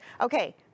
okay